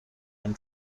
and